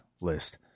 list